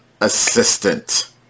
assistant